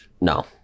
No